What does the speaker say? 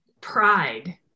pride